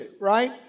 Right